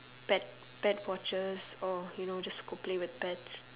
pet pet watchers or you know just go play with pets